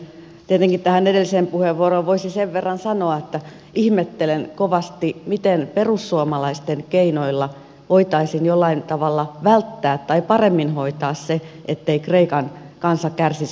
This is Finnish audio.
tietenkin tähän edelliseen puheenvuoroon voisi sen verran sanoa että ihmettelen kovasti miten perussuomalaisten keinoilla voitaisiin jollain tavalla välttää tai paremmin hoitaa se ettei kreikan kansa kärsisi